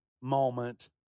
moment